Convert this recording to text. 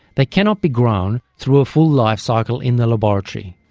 they cannot be grown through a full life cycle in the laboratory.